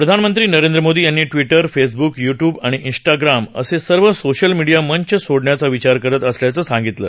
प्रधानमंत्री नरेंद्र मोदी यांनी Twitter Facebook YouTube आणि इन्स्टाग्राम असे सर्व सोशल मीडिया मंच सोडण्याचा विचार करत असल्याचं सांगितलं